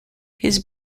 his